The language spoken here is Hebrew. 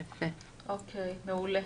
מעולה.